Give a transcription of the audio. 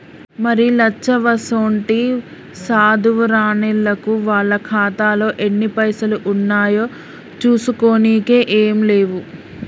మరి లచ్చవ్వసోంటి సాధువు రానిల్లకు వాళ్ల ఖాతాలో ఎన్ని పైసలు ఉన్నాయో చూసుకోనికే ఏం లేవు